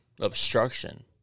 obstruction